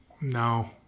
No